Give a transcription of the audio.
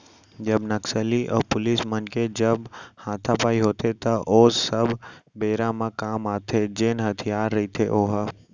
जब नक्सली अऊ पुलिस मन के जब हातापाई होथे त ओ सब बेरा म काम आथे जेन हथियार रहिथे ओहा